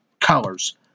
colors